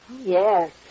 Yes